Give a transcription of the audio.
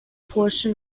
portion